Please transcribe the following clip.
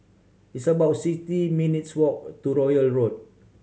it's about sixty minutes' walk to Royal Road